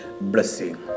blessing